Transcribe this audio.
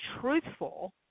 truthful